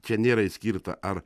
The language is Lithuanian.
čia nėra išskirta ar